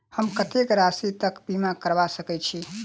हम कत्तेक राशि तकक बीमा करबा सकैत छी?